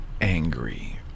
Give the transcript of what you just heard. angry